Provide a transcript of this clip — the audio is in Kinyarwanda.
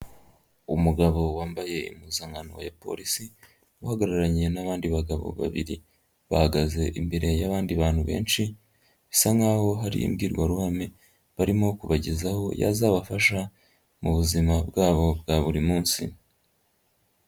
Umugabo wambaye impuzankano ya Polisi uhagararanye n'abandi bagabo babiri, bahagaze imbere y'abandi bantu benshi bisa nkaho hari imbwirwaruhame barimo kubagezaho yazabafasha mu buzima bwabo bwa buri munsi.